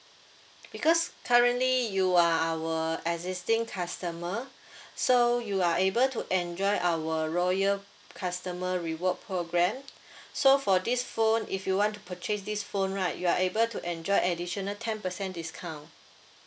because currently you are our existing customer so you are able to enjoy our loyal customer reward program so for this phone if you want to purchase this phone right you are able to enjoy additional ten percent discount